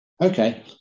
Okay